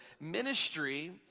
ministry